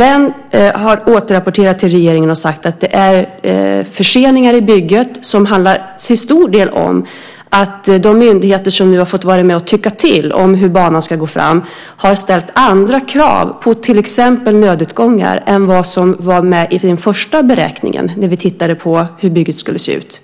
Han har återrapporterat till regeringen och sagt att det är förseningar i bygget, som till stor del handlar om att de myndigheter som nu har fått vara med och tycka till om hur banan ska gå fram har ställt andra krav på till exempel nödutgångar än vad som var med i den första beräkningen när vi tittade på hur bygget skulle se ut.